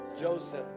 Joseph